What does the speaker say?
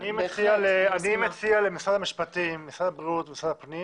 אני מציע למשרד המשפטים, משרד הבריאות ומשרד הפנים